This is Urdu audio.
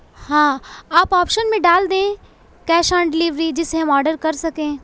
ہاں آپ آپشن میں ڈال دیں کیش آن ڈلیوری جس سے ہم آڈر کر سکیں